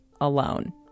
alone